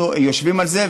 אנחנו יושבים על זה,